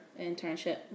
internship